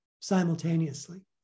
simultaneously